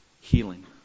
healing